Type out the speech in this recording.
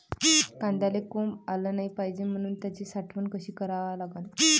कांद्याले कोंब आलं नाई पायजे म्हनून त्याची साठवन कशी करा लागन?